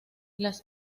las